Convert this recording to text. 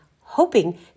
hoping